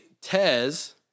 Tez